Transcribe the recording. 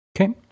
Okay